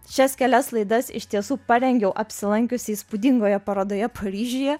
šias kelias laidas iš tiesų parengiau apsilankiusi įspūdingoje parodoje paryžiuje